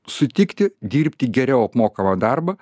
sutikti dirbti geriau apmokamą darbą